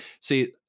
see